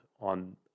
on